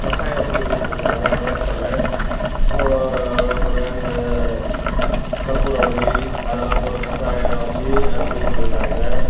கஷாயம் வச்சு கொடுக்க சொல்லியிருந்தாங்க வேப்பில அப்பறம் வேப்பில அந்த கற்பூரவல்லி அதல்லாம் போட்டு கசாயம் வச்சு அது குடிக்க சொல்லியிருந்தாங்க